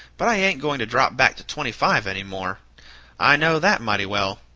but i ain't going to drop back to twenty-five any more i know that, mighty well.